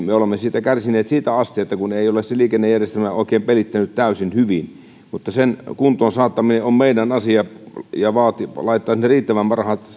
me olemme siitä kärsineet siitä asti kun ei ole se liikennejärjestelmä oikein pelittänyt täysin hyvin mutta sen kuntoon saattaminen on meidän asiamme ja tulee laittaa riittävä määrä